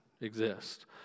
exist